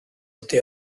ydy